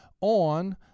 on